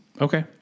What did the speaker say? Okay